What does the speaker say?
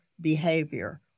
behavior